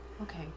okay